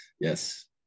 Yes